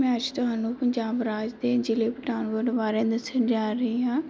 ਮੈਂ ਅੱਜ ਤੁਹਾਨੂੰ ਪੰਜਾਬ ਰਾਜ ਦੇ ਜ਼ਿਲ੍ਹੇ ਪਠਾਨਕੋਟ ਬਾਰੇ ਦੱਸਣ ਜਾ ਰਹੀ ਹਾਂ